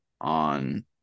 on